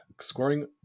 scoring